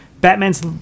batman's